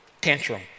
tantrum